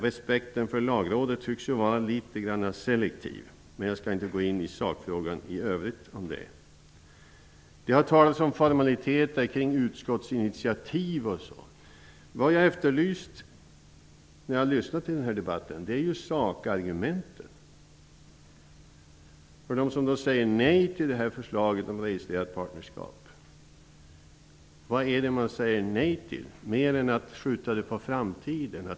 Respekten för Lagrådet tycks vara något selektiv, men jag tänker inte gå in i sakfrågan i övrigt. Det har talats om formaliteter kring utskottsinitiativ osv. Efter att ha lyssnat till denna debatt efterlyser jag sakargumenten. Vad är det som de som säger nej till förslaget om ett registrerat partnerskap säger nej till? Man vill ju bara skjuta förslaget på framtiden.